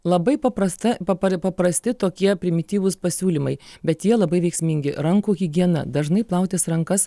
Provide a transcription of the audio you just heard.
labai paprasta papra paprasti tokie primityvūs pasiūlymai bet jie labai veiksmingi rankų higiena dažnai plautis rankas